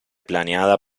planeada